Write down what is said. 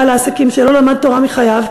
בעל העסקים שלא למד תורה בחייו,